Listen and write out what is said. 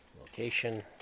location